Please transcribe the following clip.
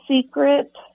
secret